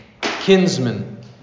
kinsman